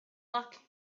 luck